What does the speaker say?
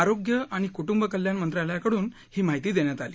आरोग्य आणि कुटुंब कल्याण मंत्रालयाकडून ही माहिती देण्यात आली